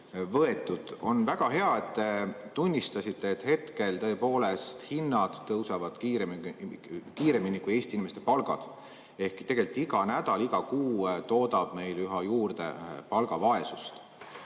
võetud. On väga hea, et te tunnistasite, et hetkel tõepoolest hinnad tõusevad kiiremini kui Eesti inimeste palgad. Tegelikult iga nädal, iga kuu tekib meil üha juurde palgavaesust.